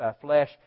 flesh